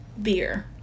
Beer